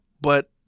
but-